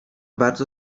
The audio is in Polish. bardzo